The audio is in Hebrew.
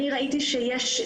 אני ראיתי שיש,